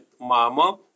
mama